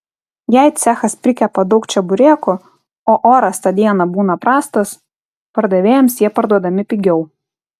jei cechas prikepa daug čeburekų o oras tą dieną būna prastas pardavėjams jie parduodami pigiau